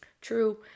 true